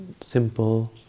simple